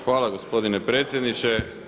Hvala gospodine predsjedniče.